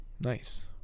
Nice